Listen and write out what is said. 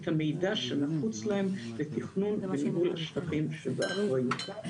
את המידע שנחוץ להם לתכנון וניהול השטחים שבאחריותם